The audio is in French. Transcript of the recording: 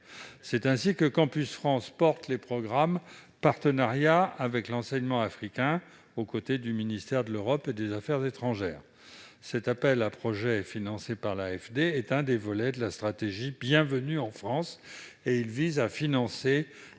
attentes. » Campus France porte notamment le programme « Partenariats avec l'enseignement africain », aux côtés du ministère de l'Europe et des affaires étrangères. Cet appel à projets financé par l'AFD, qui est l'un des volets de la stratégie « Bienvenue en France », vise à financer